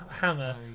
hammer